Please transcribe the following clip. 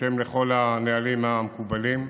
בהתאם לכל הנהלים המקובלים.